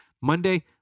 Monday